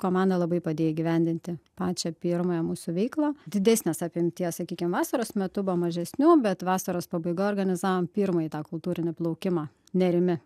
komanda labai padėjo įgyvendinti pačią pirmąją mūsų veiklą didesnės apimties sakykim vasaros metu buvo mažesnių bet vasaros pabaigoj organizavom pirmąjį tą kultūrinį plaukimą nerimi